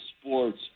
sports